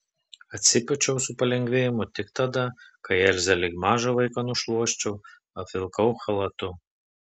atsipūčiau su palengvėjimu tik tada kai elzę lyg mažą vaiką nušluosčiau apvilkau chalatu